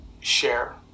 share